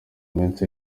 minsi